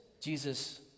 Jesus